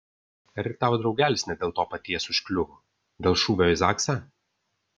ar ir tavo draugelis ne dėl to paties užkliuvo dėl šūvio į zaksą